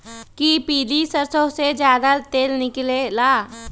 कि पीली सरसों से ज्यादा तेल निकले ला?